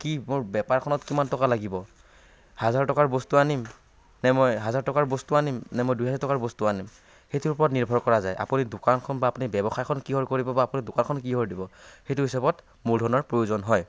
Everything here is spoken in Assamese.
কি মোৰ বেপাৰখনত কিমান টকা লাগিব হাজাৰ টকাৰ বস্তু আনিম নে মই হাজাৰ টকাৰ বস্তু আনিম নে মই দুহেজাৰ টকাৰ বস্তু আনিম সেইটো ওপৰত নিৰ্ভৰ কৰা যায় আপুনি দোকানখন বা আপুনি ব্যৱসায়খন কিহৰ কৰিব বা আপুনি দোকানখন কিহৰ দিব সেইটো হিচাপত মূলধনৰ প্ৰয়োজন হয়